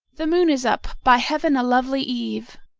the moon is up by heaven a lovely eve!